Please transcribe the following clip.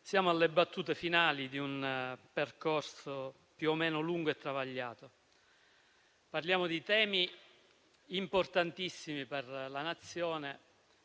siamo alle battute finali di un percorso più o meno lungo e travagliato. Parliamo di temi importantissimi per la Nazione,